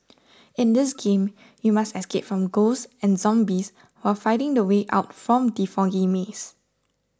in this game you must escape from ghosts and zombies while finding the way out from the foggy maze